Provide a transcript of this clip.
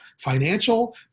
financial